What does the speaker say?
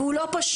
וזה לא פשוט.